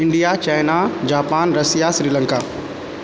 India China Japan Russia Sri Lanka